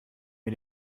mir